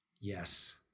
yes